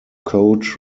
code